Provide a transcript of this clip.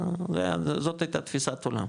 זאת הייתה תפיסת עולם.